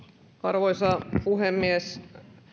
arvoisa puhemies